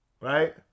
right